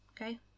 Okay